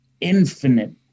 infinite